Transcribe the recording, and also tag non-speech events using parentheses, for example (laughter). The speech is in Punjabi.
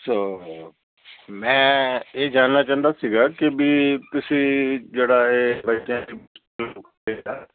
ਸੋ ਮੈਂ ਇਹ ਜਾਣਨਾ ਚਾਹੁੰਦਾ ਸੀਗਾ ਕਿ ਵੀ ਤੁਸੀਂ ਜਿਹੜਾ ਇਹ (unintelligible)